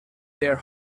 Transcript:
their